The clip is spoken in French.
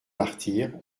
martyrs